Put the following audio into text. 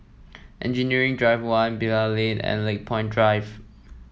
Engineering Drive One Bilal Lane and Lakepoint Drive